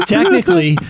Technically